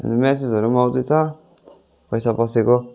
अनि मेसेजहरू पनि आउँदैछ पैसा पसेको